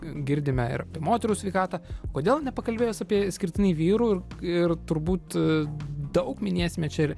girdime ir apie moterų sveikatą kodėl nepakalbėjus apie išskirtinai vyrų ir turbūt daug minėsime čia ir